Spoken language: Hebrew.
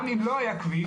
גם אם לא היה כביש,